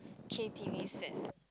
k_t_v set